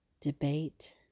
debate